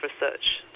research